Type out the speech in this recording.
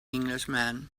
englishman